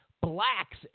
Blacks